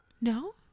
No